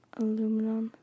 aluminum